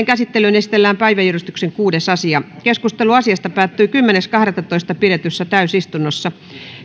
käsittelyyn esitellään päiväjärjestyksen kuudes asia keskustelu asiasta päättyi kymmenes kahdettatoista kaksituhattakahdeksantoista pidetyssä täysistunnossa